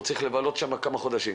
הוא צריך לבלות שם כמה חודשים.